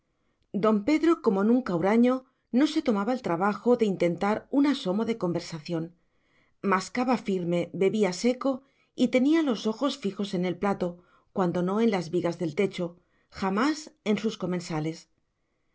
don pedro como nunca huraño no se tomaba el trabajo de intentar un asomo de conversación mascaba firme bebía seco y tenía los ojos fijos en el plato cuando no en las vigas del techo jamás en sus comensales